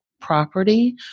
property